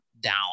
down